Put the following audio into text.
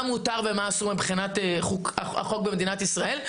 מותר ומה אסור מבחינת החוק במדינת ישראל?